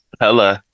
Hello